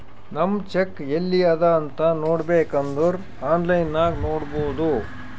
ನಮ್ ಚೆಕ್ ಎಲ್ಲಿ ಅದಾ ಅಂತ್ ನೋಡಬೇಕ್ ಅಂದುರ್ ಆನ್ಲೈನ್ ನಾಗ್ ನೋಡ್ಬೋದು